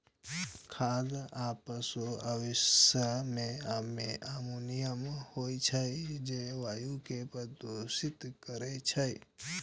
खाद आ पशु अवशिष्ट मे अमोनिया होइ छै, जे वायु कें प्रदूषित करै छै